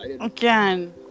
again